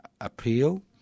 appeal